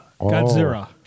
Godzilla